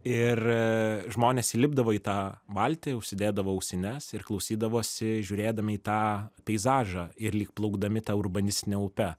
ir žmonės įlipdavo į tą valtį užsidėdavo ausines ir klausydavosi žiūrėdami į tą peizažą ir lyg plaukdami ta urbanistine upe